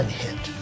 hit